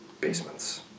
basements